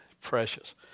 precious